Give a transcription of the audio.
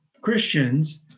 Christians